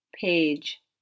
page